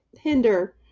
hinder